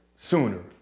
sooner